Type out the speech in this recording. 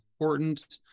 important